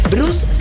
Bruce